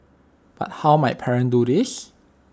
but how might parents do this